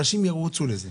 אנשים ירוצו לזה.